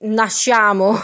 nasciamo